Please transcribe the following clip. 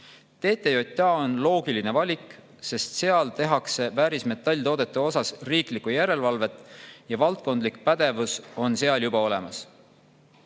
TTJA on loogiline valik, sest seal tehakse väärismetalltoodete üle riiklikku järelevalvet ja valdkondlik pädevus on seal juba olemas.